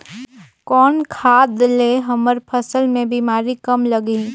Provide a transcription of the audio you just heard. कौन खाद ले हमर फसल मे बीमारी कम लगही?